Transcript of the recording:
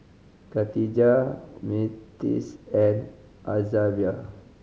Kadijah Myrtis and Azaria